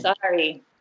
sorry